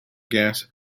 gas